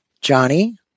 Johnny